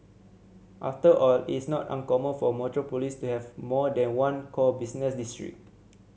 after all it's not uncommon for metropolis to have more than one core business district